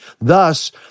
thus